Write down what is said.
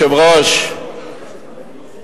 היושב-ראש,